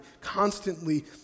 constantly